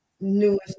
newest